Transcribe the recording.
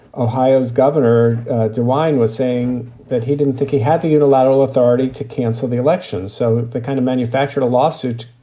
ohio's governor dewine was saying that he didn't think he had the unilateral authority to cancel the election. so they kind of manufactured a lawsuit,